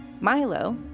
Milo